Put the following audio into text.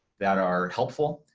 that are helpful,